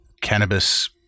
cannabis